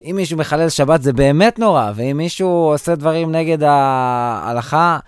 אם מישהו מחלל שבת זה באמת נורא, ואם מישהו עושה דברים נגד ההלכה...